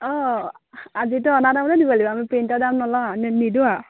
অঁ আজিতো অনা দামতে দিব লাগিব আমি প্ৰেইণ্টাৰ দাম নলওঁ আৰু নিদিও আৰু